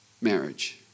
marriage